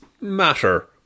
matter